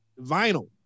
vinyl